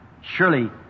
Surely